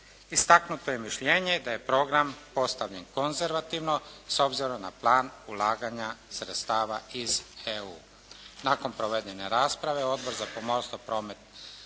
Istaknuto je mišljenje da je program postavljen konzervativno s obzirom na plan ulaganja sredstava iz EU. Nakon provedene rasprave Odbor za pomorstvo, promet